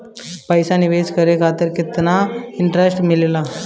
पईसा निवेश करे पर केतना इंटरेस्ट मिलेला?